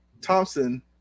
Thompson